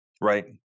right